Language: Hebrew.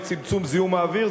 לצמצום זיהום האוויר,